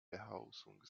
behausung